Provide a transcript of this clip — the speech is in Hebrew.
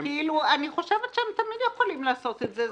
אני חושבת שהם תמיד יכולים לעשות את זה.